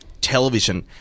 television